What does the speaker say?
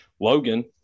Logan